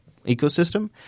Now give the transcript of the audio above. ecosystem